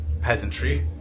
peasantry